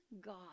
God